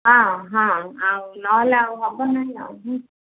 ହଁ ହଁ ଆଉ ନହେଲେ ଆଉ ହେବ ନାହିଁ ହଁ